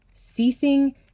ceasing